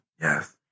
Yes